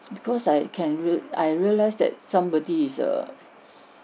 because I can real~ I realized that somebody is err